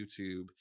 YouTube